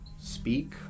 speak